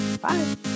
Bye